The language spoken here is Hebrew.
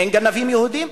אין גנבים יהודים?